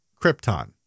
Krypton